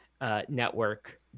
network